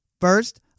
First